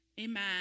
Amen